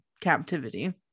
captivity